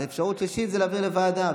ואפשרות שלישית היא להעביר לוועדה.